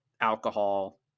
alcohol